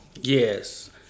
Yes